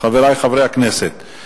חברי חברי הכנסת,